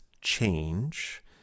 change